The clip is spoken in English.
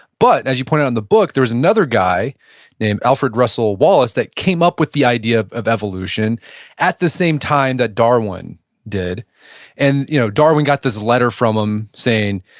but as you pointed out in the book there's another guy named alfred russell wallace that came up with the idea of evolution at the same time that darwin did and you know darwin got this letter from him saying,